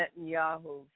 Netanyahu